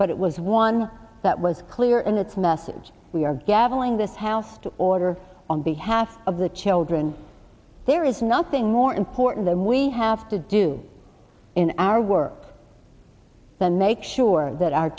but it was one that was clear in its message we are gaveling this house to order on behalf of the children there is nothing more important than we have to do in our work then make sure that our